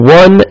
one